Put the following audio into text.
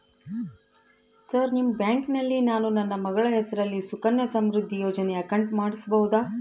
Sir ನಿಮ್ಮ ಬ್ಯಾಂಕಿನಲ್ಲಿ ನಾನು ನನ್ನ ಮಗಳ ಹೆಸರಲ್ಲಿ ಸುಕನ್ಯಾ ಸಮೃದ್ಧಿ ಯೋಜನೆ ಅಕೌಂಟ್ ಮಾಡಿಸಬಹುದಾ?